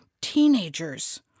teenagers